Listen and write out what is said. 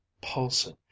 pulsing